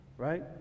Right